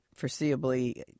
foreseeably